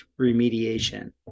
remediation